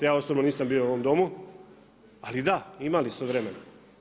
Ja osobno nisam bio u ovom Domu, ali da, imali su vremena.